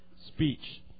speech